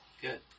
Good